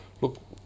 look